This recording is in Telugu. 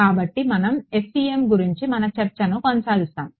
కాబట్టి మనం FEM గురించి మన చర్చను కొనసాగిస్తాము